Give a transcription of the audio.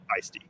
feisty